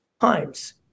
times